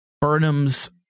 Burnham's